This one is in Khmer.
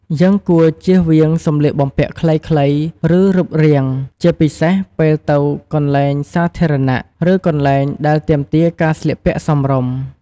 យើងគួរ ជៀសវាងសម្លៀកបំពាក់ខ្លីៗ ឬរឹបរាង ជាពិសេសពេលទៅកន្លែងសាធារណៈ ឬកន្លែងដែលទាមទារការស្លៀកពាក់សមរម្យ។